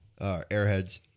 Airheads